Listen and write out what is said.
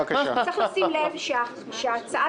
צריך לשים לב שההצעה